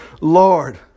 Lord